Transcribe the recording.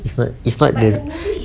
it's not it's not the